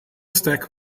stack